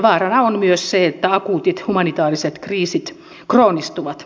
vaarana on myös se että akuutit humanitaariset kriisit kroonistuvat